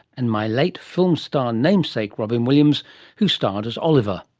and my late film star namesake robin williams who starred as oliver.